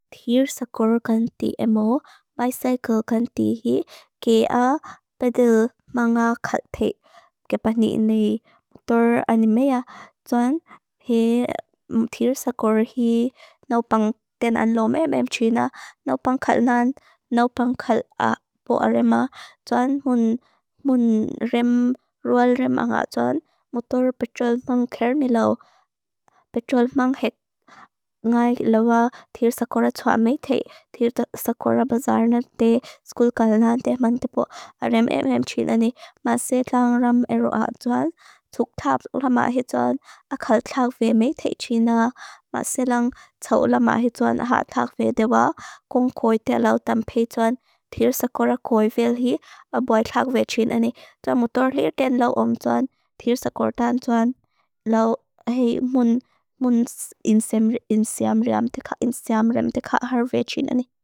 Thir sakor kan tii emo. My cycle kan tii hi. Kea pedil manga khat thik kepanik nei motor animea. Tuan, thir sakor hi naupang tenan loome meam trina, naupang khat nan, naupang khat poa rema. Tuan, mun mun rem, rual rem anga. Tuan, motor petrol mang ker milo, petrol mang het. Ngai loa, thir sakora tua mei tei. Thir sakora bazarnan tei, skul kananan tei mang tepo rem em em trina nei. Maselang ram eru ahad, tuan. Tuktap la maa het, tuan. Akhal thak vei mei tei trina. Maselang tsau la maa het, tuan. Ahad thak vei dewa. Kung koi te lau tampei, tuan. Thir sakora koi vel hi, boi thak vei trina nei. Tuan, motor her ken loome, tuan. Thir sakora tan, tuan. Lo hei mun inseam rem, thak inseam rem, thak ahad vei trina nei.